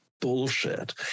bullshit